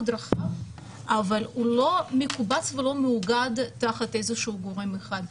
רחב אבל הוא לא מקובץ ולא מאוגד תחת איזשהו גורם אחד.